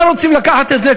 למה רוצים לקחת את זה?